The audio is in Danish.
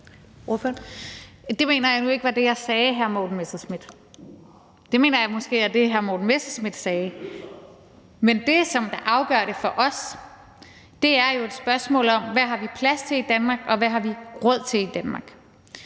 Det mener jeg nu ikke var det, jeg sagde, hr. Morten Messerschmidt. Det mener jeg måske var det, hr. Morten Messerschmidt sagde. Men det, som afgør det for os, er jo spørgsmålet om, hvad vi har plads til i Danmark, og hvad vi har råd til i Danmark.